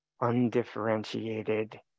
undifferentiated